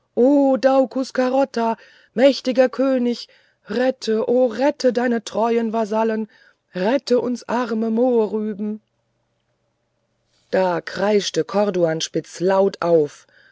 carota mächtiger könig rette o rette deine getreuen vasallen rette uns arme mohrrüben da kreischte corduanspitz laut auf